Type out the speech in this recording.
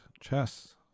chess